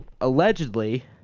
allegedly